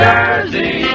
Jersey